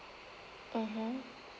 mmhmm